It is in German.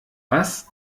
was